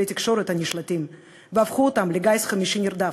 התקשורת הנשלטים והפכו אותה לגיס חמישי נרדף.